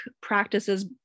practices